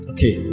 Okay